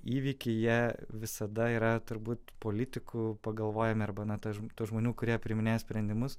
įvykiai jie visada yra turbūt politikų pagalvojame arba na tas tas žmonių kurie priiminėja sprendimus